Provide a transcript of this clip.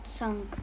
song